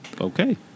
Okay